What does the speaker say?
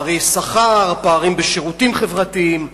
בשכר, בשירותים חברתיים.